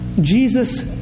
Jesus